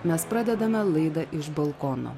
mes pradedame laidą iš balkono